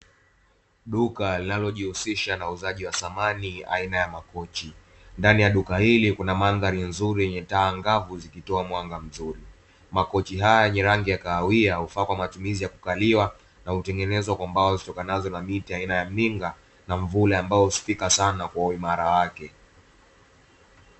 Duka linalojihusisha na uuzaji wa samani aina ya makochi. Ndani ya duka hili kuna mandhari nzuri, yenye taa angavu zikitoa mwanga mzuri. Makochi haya yenye rangi ya kahawia hufaa kwa matumizi ya kukaliwa, na hutengenezwa kwa mbao za aina ya mninga na mvule ambao husifika sana kwa uimara wake.